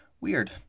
weird